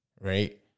Right